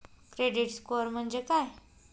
Credit score म्हणजे काय?